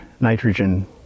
nitrogen